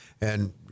And-